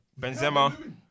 Benzema